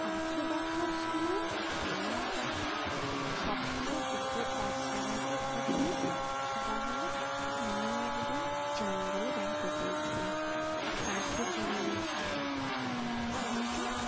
পাখি দেখার সময় আমার দেখা সবচেয়ে কিছু অস্বাভাবিক ঘটনা সেটা হলো আমি একবার জঙ্গলে বেড়াতে গিয়েছিলাম পাখি ভ্রমণের জন্য কিন্তু